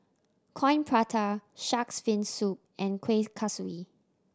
Coin Prata Shark's Fin Soup and Kueh Kaswi